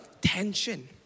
tension